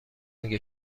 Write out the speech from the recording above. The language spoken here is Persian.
میگه